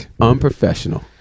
unprofessional